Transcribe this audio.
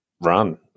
run